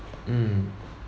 mm